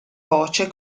voce